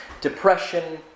depression